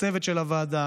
ולצוות של הוועדה,